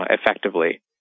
effectively